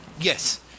Yes